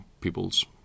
people's